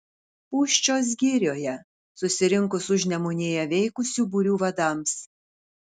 pūščios girioje susirinkus užnemunėje veikusių būrių vadams